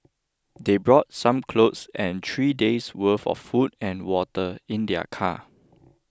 they brought some clothes and three days' worth of food and water in their car